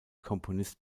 komponist